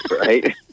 Right